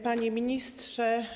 Panie Ministrze!